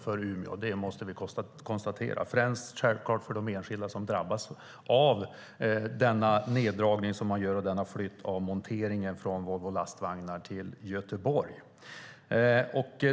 för Umeå. Det måste vi konstatera. Det gäller främst för de enskilda som drabbas av denna neddragning i form av en flytt av monteringen på Volvo Lastvagnar i Umeå till Göteborg.